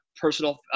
personal –